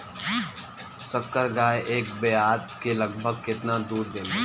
संकर गाय एक ब्यात में लगभग केतना दूध देले?